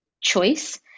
choice